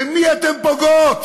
במי אתם פוגעים?